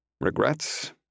Regrets